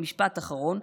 משפט אחרון.